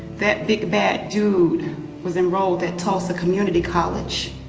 that big, bad dude was enrolled at tulsa community college